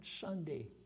Sunday